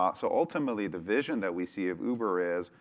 um so ultimately the vision that we see of uber is,